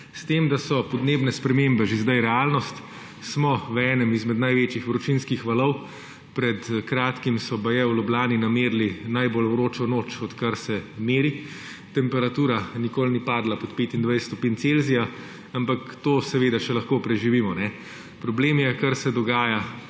s tem da so podnebne spremembe že zdaj realnost. Smo v enem izmed največjih vročinskih valov. Pred kratkim so baje v Ljubljani namerili najbolj vročo noč, odkar se meri, temperatura nikoli ni padla pod 25 stopinj Celzija. Ampak to seveda še lahko preživimo. Problem je, kar se dogaja